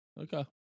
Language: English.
Okay